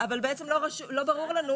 אבל לא ברור לנו,